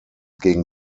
gegen